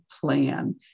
plan